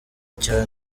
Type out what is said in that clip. cya